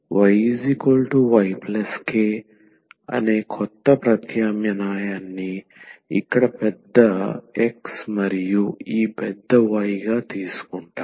X 𝑋 ℎ 𝑦 𝑌 k అనే కొత్త ప్రత్యామ్నాయాన్ని ఇక్కడ పెద్ద X మరియు ఈ పెద్ద Y గా తీసుకుంటాము